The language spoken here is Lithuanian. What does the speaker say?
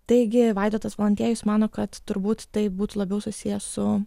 taigi vaidotas valantiejus mano kad turbūt tai būtų labiau susiję su